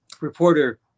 reporter